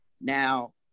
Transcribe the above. Now